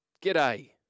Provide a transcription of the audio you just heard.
g'day